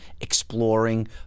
exploring